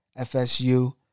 FSU